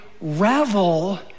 revel